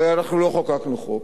הרי אנחנו לא חוקקנו חוק.